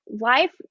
life